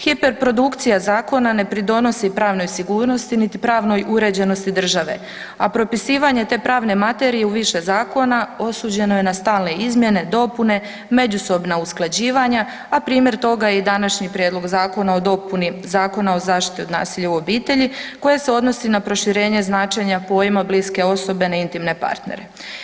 Hiperprodukcija zakona ne pridonosi pravnoj sigurnosti nit pravnoj uređenosti države, a propisivanje te pravne materije u više zakona osuđeno je stalne izmjene, dopune, međusobna usklađivanja, a primjer toga je i današnji Prijedlog zakona o dopuni Zakona o zaštiti od nasilja u obitelji koje se odnosi na proširenje značenja pojma bliske osobe na intimne partnere.